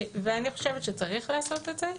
ואני חושבת שצריך לעשות את זה,